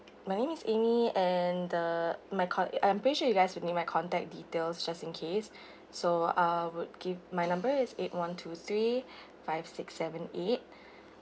my name is amy and the my con~ I'm pretty sure you guys would need my contact details just in case so I would give my number is eight one two three five six seven eight